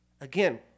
Again